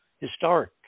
Historic